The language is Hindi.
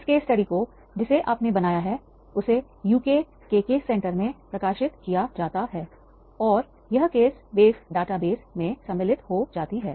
इस केस स्टडी को जिसे आपने बनाया है उसे यूके में सम्मिलित हो जाती है